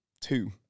two